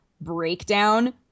breakdown